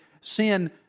Sin